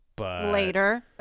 later